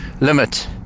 limit